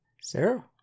Sarah